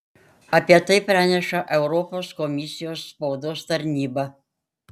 apie tai praneša europos komisijos spaudos tarnyba